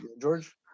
George